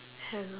hello